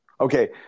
Okay